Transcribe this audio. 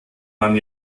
man